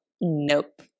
nope